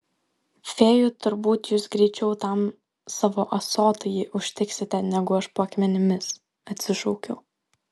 fėjų turbūt jūs greičiau tam savo ąsotyje užtiksite negu aš po akmenimis atsišaukiau